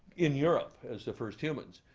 in europe, as the first humans.